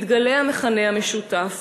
מתגלה המכנה המשותף